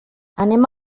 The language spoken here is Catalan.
anem